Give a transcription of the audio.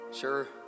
sure